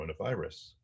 coronavirus